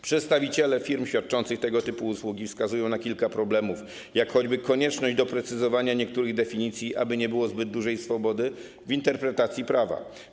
Przedstawiciele firm świadczących tego typu usługi wskazują na kilka problemów, jak choćby konieczność doprecyzowania niektórych definicji, aby nie było zbyt dużej swobody w interpretacji prawa.